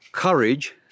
Courage